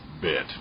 bit